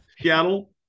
Seattle